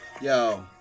Yo